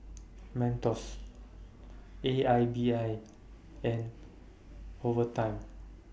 Mentos A I B I and Ovaltine